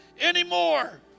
anymore